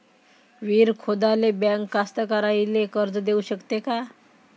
विहीर खोदाले बँक कास्तकाराइले कर्ज देऊ शकते का?